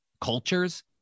cultures